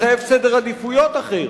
מחייב סדר עדיפויות אחר,